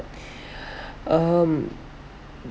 um